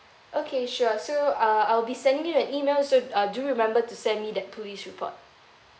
okay sure so uh I'll be sending you the email so uh do remember to send me the police report